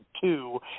two